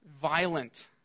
violent